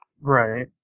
Right